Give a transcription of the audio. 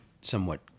somewhat